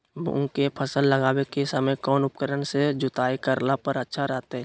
मूंग के फसल लगावे के समय कौन उपकरण से जुताई करला पर अच्छा रहतय?